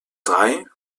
drei